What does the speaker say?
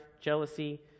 jealousy